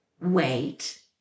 wait